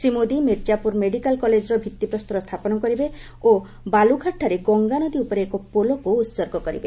Shri Modi Mirzapur medical କଲେଜର ଭିତ୍ତି ପ୍ରସ୍ତର ସ୍ଥାପନ କରିବେ ଓ ବାଲୁଘାଟଠାରେ ଗଙ୍ଗାନଦୀ ଉପରେ ଏକ ପୋଲକୁ ଉତ୍ସର୍ଗ କରିବେ